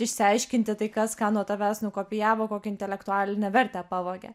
išsiaiškinti kas ką nuo tavęs nukopijavo kokią intelektualinę vertę pavogė